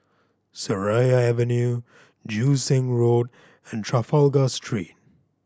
Seraya Avenue Joo Seng Road and Trafalgar Street